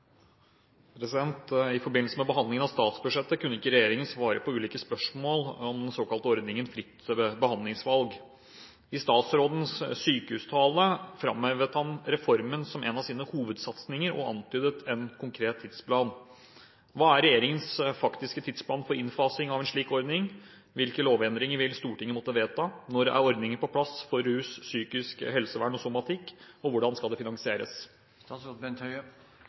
om den såkalte ordningen «fritt behandlingsvalg». I statsrådens sykehustale framhevet han «reformen» som en av sine hovedsatsinger, og antydet en konkret tidsplan. Hva er regjeringens faktiske tidsplan for innfasing av en slik ordning, hvilke lovendringer vil Stortinget måtte vedta, når er ordningen på plass for rus/psykisk helsevern og somatikk, og hvordan skal det